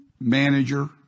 manager